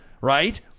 right